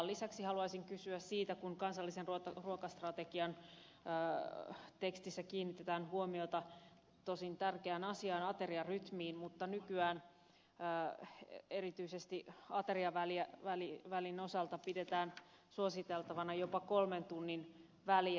lisäksi haluaisin kysyä siitä kun kansallisen ruokastrategian tekstissä kiinnitetään huomiota tärkeään asiaan ateriarytmiin mutta nykyään erityisesti ateriavälin osalta pidetään suositeltavana jopa kolmen tunnin väliä